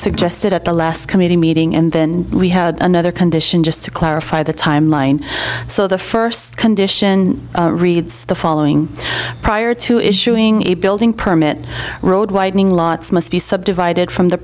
suggested at the last committee meeting and then we had another condition just to clarify the timeline so the first condition reads the following prior to issuing a building permit road widening lots must be subdivided from the